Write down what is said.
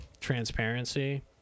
Transparency